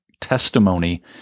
testimony